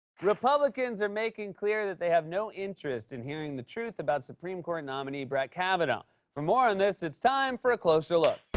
republicans are making clear that they have no interest in hearing the truth about supreme court nominee brett kavanaugh. for more on this, it's time for a closer look.